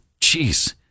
Jeez